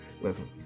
listen